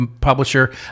publisher